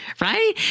Right